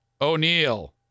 O'Neill